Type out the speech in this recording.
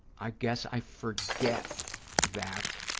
i guess i forget that,